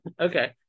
Okay